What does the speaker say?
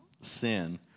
sin